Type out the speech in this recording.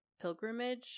pilgrimage